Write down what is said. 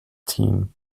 team